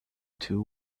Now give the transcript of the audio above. two